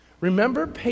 Remember